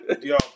Yo